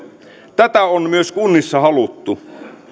tätä on myös kunnissa haluttu